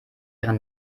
ihre